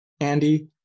Andy